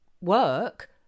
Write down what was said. work